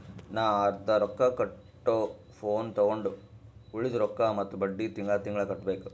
ನಾ ಅರ್ದಾ ರೊಕ್ಕಾ ಕೊಟ್ಟು ಫೋನ್ ತೊಂಡು ಉಳ್ದಿದ್ ರೊಕ್ಕಾ ಮತ್ತ ಬಡ್ಡಿ ತಿಂಗಳಾ ತಿಂಗಳಾ ಕಟ್ಟಬೇಕ್